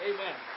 Amen